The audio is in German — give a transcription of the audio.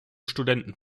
studenten